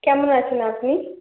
কেমন আছেন আপনি